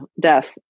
death